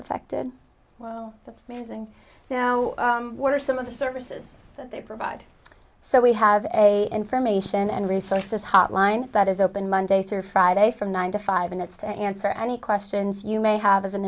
affected well that's amazing now what are some of the services they provide so we have a information and resources hotline that is open monday through friday from nine to five minutes to answer any questions you may have as an